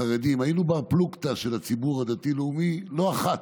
אנחנו החרדים היינו בני פלוגתא של הציבור הדתי-לאומי לא אחת,